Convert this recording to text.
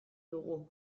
dugu